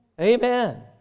amen